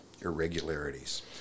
irregularities